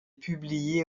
publiée